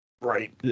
right